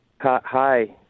Hi